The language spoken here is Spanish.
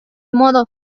modo